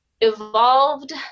evolved